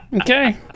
okay